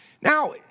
Now